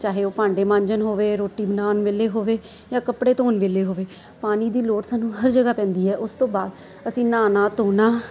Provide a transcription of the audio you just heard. ਚਾਹੇ ਉਹ ਭਾਂਡੇ ਮਾਂਜਣ ਹੋਵੇ ਰੋਟੀ ਬਣਾਉਣ ਵੇਲੇ ਹੋਵੇ ਜਾਂ ਕੱਪੜੇ ਧੋਣ ਵੇਲੇ ਹੋਵੇ ਪਾਣੀ ਦੀ ਲੋੜ ਸਾਨੂੰ ਹਰ ਜਗ੍ਹਾ ਪੈਂਦੀ ਹੈ ਉਸ ਤੋਂ ਬਾਅਦ ਅਸੀਂ ਨਹਾਉਣਾ ਧੋਣਾ